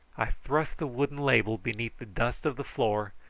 i thrust the wooden label beneath the dust of the floor,